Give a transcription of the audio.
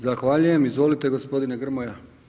Zahvaljujem, izvolite gospodine Grmoja.